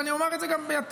ואני אומר את זה גם בעתיד.